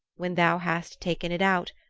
when thou hast taken it out,